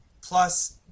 plus